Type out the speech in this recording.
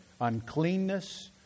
uncleanness